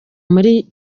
muri